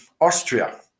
Austria